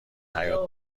حیاط